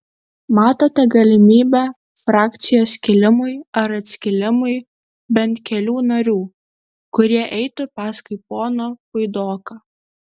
matote galimybę frakcijos skilimui ar atskilimui bent kelių narių kurie eitų paskui poną puidoką